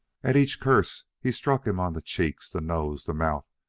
at each curse he struck him on the cheeks, the nose, the mouth,